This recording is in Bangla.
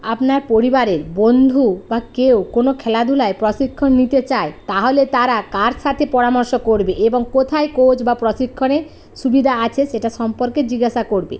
আপনার পরিবারের বন্ধু বা কেউ কোনও খেলাধূলায় প্রশিক্ষণ নিতে চায় তাহলে তারা কার সাথে পরামর্শ করবে এবং কোথায় কোচ বা প্রশিক্ষণের সুবিধা আছে সেটা সম্পর্কে জিজ্ঞাসা করবে